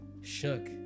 shook